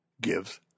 gives